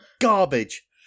garbage